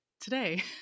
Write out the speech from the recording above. today